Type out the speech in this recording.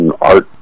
art